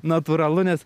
natūralu nes